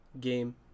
game